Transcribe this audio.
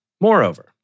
Moreover